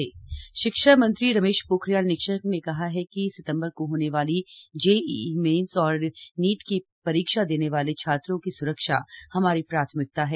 JEE NEET शिक्षा मंत्री रमेश पोखरियाल ने कहा है कि सितंबर को होने वाली जेईई मेन्स और नीट की परीक्षा देने वाले छात्रों की सुरक्षा हमारी प्राथमिकता है